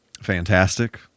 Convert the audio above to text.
Fantastic